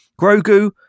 Grogu